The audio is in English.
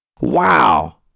Wow